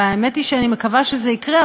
האמת היא שאני מקווה שזה יקרה,